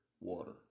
water